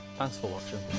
thanks for watching.